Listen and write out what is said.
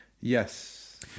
Yes